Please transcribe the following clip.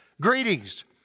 greetings